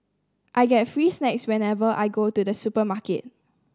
I get free snacks whenever I go to the supermarket